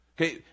Okay